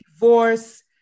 divorce